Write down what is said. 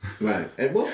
Right